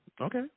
Okay